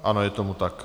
Ano, je tomu tak.